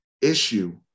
issue